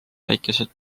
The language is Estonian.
väikesed